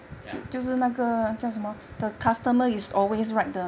ya